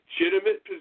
legitimate